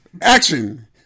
Action